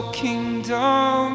kingdom